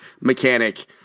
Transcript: mechanic